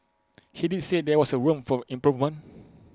he did say there was A room for improvement